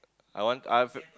I want I've